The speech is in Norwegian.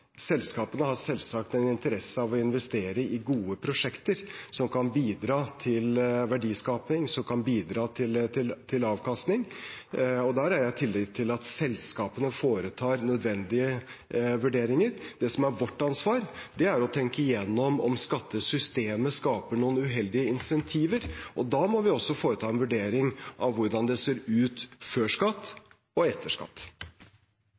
Selskapene har selvsagt interesse av å investere i gode prosjekter som kan bidra til verdiskaping og avkastning. Der har jeg tillit til at selskapene foretar nødvendige vurderinger. Det som er vårt ansvar, er å tenke gjennom om skattesystemet skaper noen uheldige incentiver. Da må vi også foreta en vurdering av hvordan det ser ut før skatt og etter skatt.